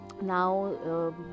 now